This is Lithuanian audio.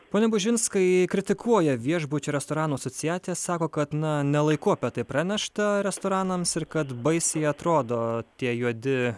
pone bužinskai kritikuoja viešbučių ir restoranų asociacija sako kad na ne laiku apie tai pranešta restoranams ir kad baisiai atrodo tie juodi